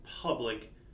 public